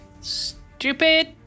Stupid